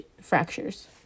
fractures